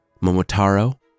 Momotaro